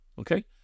okay